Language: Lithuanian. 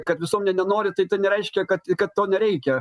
kad visuomenė nenori tai tai nereiškia kad kad to nereikia